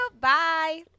Bye